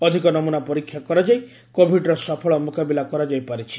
ଅଧିକ ନମୁନା ପରୀକ୍ଷା କରାଯାଇ କୋବିଡ୍ର ସଫଳ ମୁକାବିଲା କରାଯାଇ ପାରିଛି